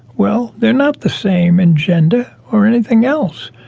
well they're not the same in gender or anything else,